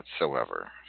whatsoever